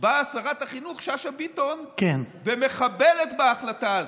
באה שרת החינוך שאשא ביטון ומחבלת בהחלטה הזאת.